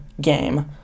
game